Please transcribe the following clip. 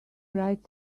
right